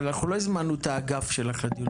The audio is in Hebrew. אבל אנחנו לא הזמנו את האגף שלך לדיון,